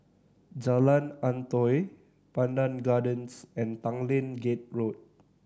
Jalan Antoi Pandan Gardens and Tanglin Gate Road